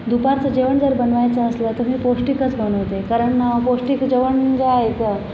दुपारचं जेवण जर बनवायचं असलं तर मी पौष्टिकच बनवते कारण पौष्टिक जेवण जे आहे तर